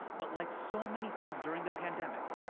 but like so many things during the pandemic,